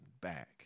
back